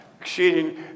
exceeding